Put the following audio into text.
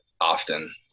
often